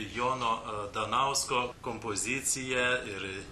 jono danausko kompozicija ir